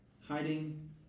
Hiding